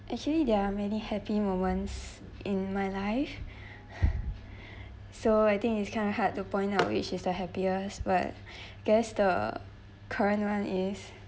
actually there are many happy moments in my life so I think it's kind of hard to point our which is happiest but guess the current [one] is